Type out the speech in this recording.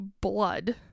blood